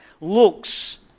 looks